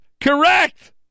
correct